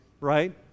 Right